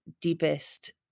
deepest